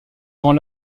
grand